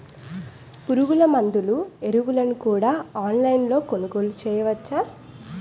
పురుగుమందులు ఎరువులను కూడా ఆన్లైన్ లొ కొనుగోలు చేయవచ్చా?